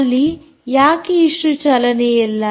ಅಲ್ಲಿ ಯಾಕೆ ಅಷ್ಟು ಚಲನೆಯಿಲ್ಲ